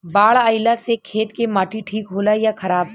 बाढ़ अईला से खेत के माटी ठीक होला या खराब?